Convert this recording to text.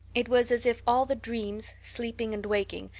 it was as if all the dreams, sleeping and waking,